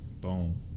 boom